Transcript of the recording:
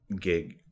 gig